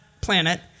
planet